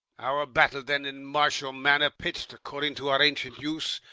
our battle, then, in martial manner pitch'd, according to our ancient use,